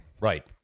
right